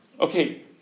Okay